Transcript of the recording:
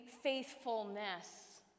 faithfulness